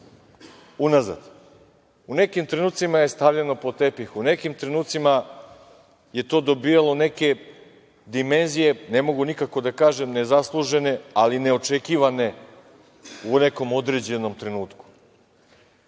unazad. U nekim trenucima je stavljeno pod tepih, u nekim trenucima je to dobijalo neke dimenzije, ne mogu nikako da kažem nezaslužene, ali neočekivane u nekom određenom trenutku. Imali